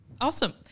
Awesome